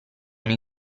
nei